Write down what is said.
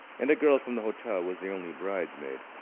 and a girl from the hotel was the only bridesmaid.